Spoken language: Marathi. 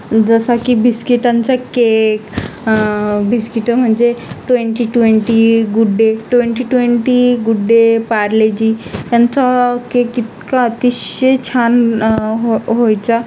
जसा की बिस्किटांचा केक बिस्किटं म्हणजे twenty twenty good day twenty twenty good day Parle G ह्यांचा केक इतका अतिशय छान हो व्हायचा